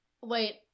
wait